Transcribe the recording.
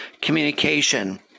communication